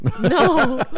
No